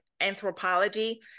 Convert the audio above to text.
anthropology